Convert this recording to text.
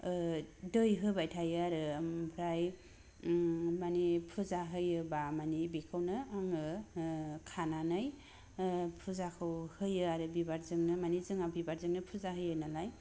ओ दै होबाय थायो आरो ओमफ्राय ओम माने फुजा होयोबा माने बेखौनो आङो ओ खानानै ओ फुजाखौ होयो आरो बिबारजोंनो माने जोंहा बिबारजोंनो फुजा होयो नालाय